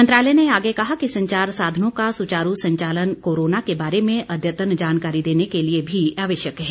मंत्रालय ने आगे कहा कि संचार साधनों का सुचारू संचालन कोरोना के बारे में अद्यतन जानकारी देने के लिए भी आवश्यक है